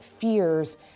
fears